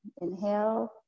Inhale